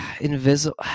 Invisible